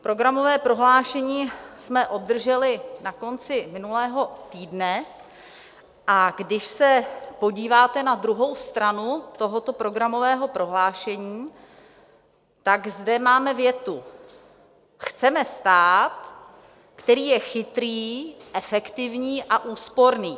Programové prohlášení jsme obdrželi na konci minulého týdne, a když se podíváte na druhou stranu tohoto programového prohlášení, tak zde máme větu: Chceme stát, který je chytrý, efektivní a úsporný.